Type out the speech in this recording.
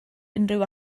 unrhyw